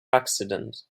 accident